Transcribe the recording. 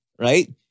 right